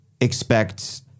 expect